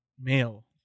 Male